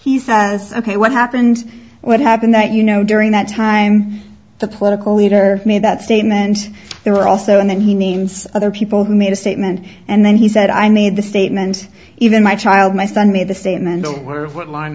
says ok what happened what happened that you know during that time the political leader made that statement there were also and then he names other people who made a statement and then he said i made the statement even my child my son be the same